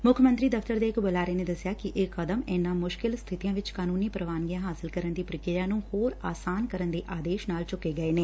ਮੁੱਖ ਮੰਤਰੀ ਦਫਤਰ ਦੇ ਬੁਲਾਰੇ ਨੇ ਦੱਸਿਆ ਕਿ ਇਹ ਕਦਮ ਇਨਾਂ ਮੁਸ਼ਕਿਲਾਂ ਸਬਿਤੀਆਂ ਵਿੱਚ ਕਾਨੂੰਨੀ ਪੂਵਾਨਗੀਆਂ ਹਾਸਲ ਕਰਨ ਦੀ ਪੂਕਿਰਿਆ ਨੁੰ ਹੋਰ ਅਸਾਨ ਕਰਨ ਦੇ ਆਦੇਸ਼ ਨਾਲ ਚੁੱਕੇ ਗਏ ਨੇ